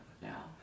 Now